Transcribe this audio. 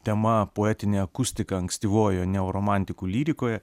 tema poetinė akustika ankstyvojoje neoromantikų lyrikoje